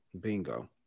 Bingo